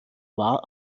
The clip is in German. war